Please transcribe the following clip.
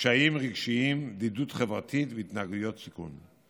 קשיים רגשיים, בדידות חברתית והתנהגויות סיכון.